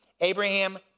Abraham